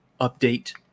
update